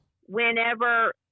whenever